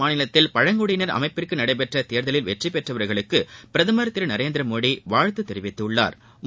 மாநிலத்தில் பழங்குடியினர் அமைப்பிற்கு நடைபெற்ற தேர்தலில் அஸ்ஸாம் வெற்றிபெற்றவா்களுக்கு பிரதமா் திரு நரேந்திரமோடி வாழ்த்து தெரிவித்துள்ளாா்